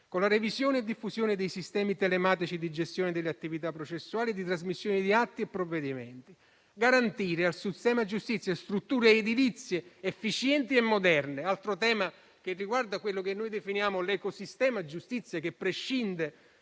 con la revisione e diffusione dei sistemi telematici di gestione delle attività processuali e di trasmissione di atti e provvedimenti; garantire al sistema giustizia strutture edilizie efficienti e moderne. Questo è un altro tema che riguarda quello che noi definiamo l'ecosistema giustizia, che prescinde